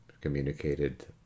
communicated